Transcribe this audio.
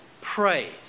praise